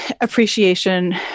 appreciation